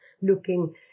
looking